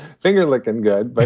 finger-licking good, but